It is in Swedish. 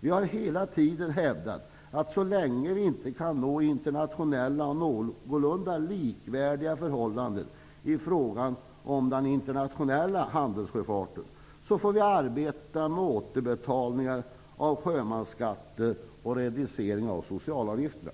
Vi har hela tiden hävdat att man, så länge det inte går att nå någorlunda likvärdiga förhållanden i fråga om den internationella handelssjöfarten, får arbeta med återbetalningar av sjömansskatter och reducering av socialavgifter.